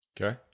Okay